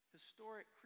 Historic